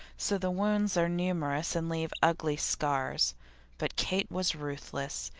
so the wounds are numerous and leave ugly scars but kate was ruthless.